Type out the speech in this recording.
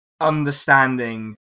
understanding